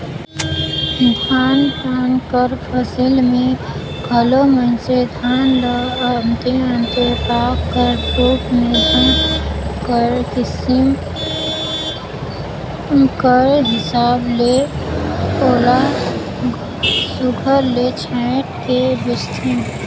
धान पान कर फसिल में घलो मइनसे धान ल अन्ते अन्ते भाग कर रूप में धान कर किसिम कर हिसाब ले ओला सुग्घर ले छांएट के बेंचथें